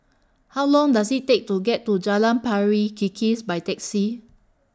How Long Does IT Take to get to Jalan Pari Kikis By Taxi